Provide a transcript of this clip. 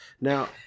Now